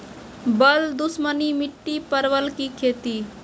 बल दुश्मनी मिट्टी परवल की खेती?